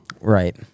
Right